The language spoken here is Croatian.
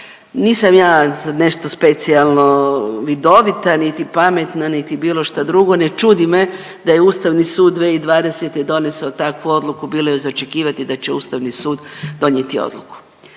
Nisam ja sad nešto specijalno vidovita, niti pametna, niti bilo šta drugo ne čudi me da je Ustavni sud 2020. donesao takvu odluku, bilo je za očekivati da će Ustavni sud donijeti odluku.